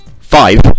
Five